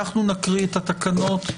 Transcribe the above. נקרא את התקנות,